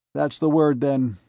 that's the word then.